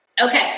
Okay